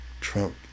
Trump